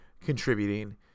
contributing